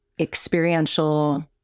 experiential